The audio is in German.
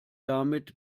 damit